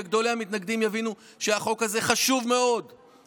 וגדולי המתנגדים יבינו שהחוק הזה חשוב מאוד,